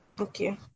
Okay